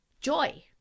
joy